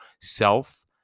self